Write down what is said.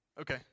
Okay